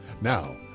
Now